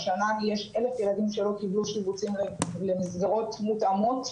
השנה יש 1,000 ילדים שלא קיבלו שיבוצים למסגרות מותאמות,